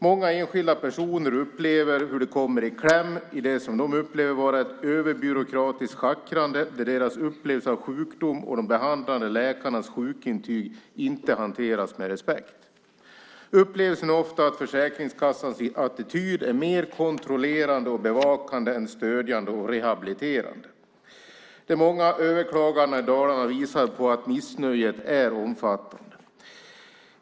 Många enskilda personer upplever att de kommer i kläm i vad de upplever vara ett överbyråkratiskt schackrande där deras upplevelse av sjukdom och de behandlande läkarnas sjukintyg inte hanteras med respekt. Upplevelsen är ofta att Försäkringskassans attityd är mer kontrollerande och bevakande än stödjande och rehabiliterande. De många överklagandena i Dalarna visar att missnöjet är omfattande.